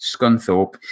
Scunthorpe